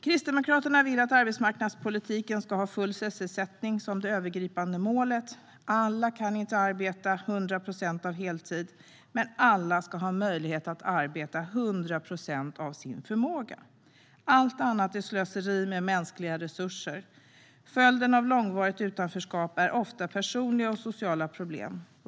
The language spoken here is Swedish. Kristdemokraterna vill att arbetsmarknadspolitiken ska ha full sysselsättning som det övergripande målet. Alla kan inte arbeta 100 procent av heltid, men alla ska ha möjlighet att arbeta 100 procent av sin förmåga. Allt annat är slöseri med mänskliga resurser. Följden av långvarigt utanförskap är ofta personliga och sociala problem.